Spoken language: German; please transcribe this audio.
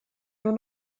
nur